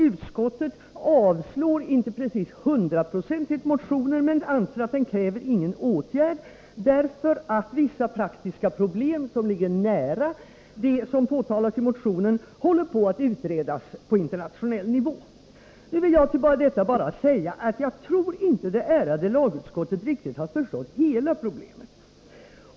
Utskottet avstyrker inte precis hundraprocentigt motionen men anser att den inte kräver någon åtgärd, därför att vissa praktiska problem som ligger nära det som behandlas i motionen håller på att utredas på internationell nivå. Jag vill till detta bara säga att jag inte tror att det ärade lagutskottet riktigt har förstått hela problemet.